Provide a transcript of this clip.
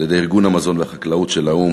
על-ידי ארגון המזון והחקלאות של האו"ם